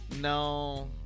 No